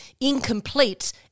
incomplete